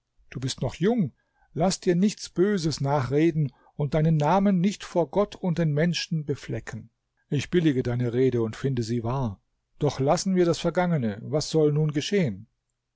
du bist noch jung laß dir nichts böses nachreden und deinen namen nicht vor gott und den menschen beflecken ich billige deine rede und finde sie wahr doch lassen wir das vergangene was soll nun geschehen